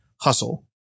hustle